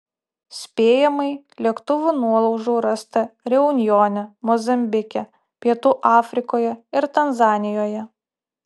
spėjamai lėktuvų nuolaužų rasta reunjone mozambike pietų afrikoje ir tanzanijoje